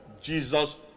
Jesus